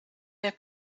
der